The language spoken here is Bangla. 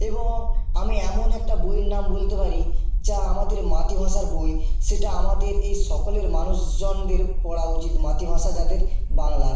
এবং আমি এমন একটা বইয়ের নাম বলতে পারি যা আমাদের মাতৃভাষার বই সেটা আমাদের এই সকলের মানুষজনদের পড়া উচিত মাতৃভাষা যাদের বাংলা